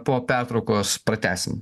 po pertraukos pratęsim